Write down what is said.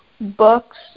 books